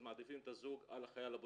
אז מעדיפים את הזוג על החייל הבודד,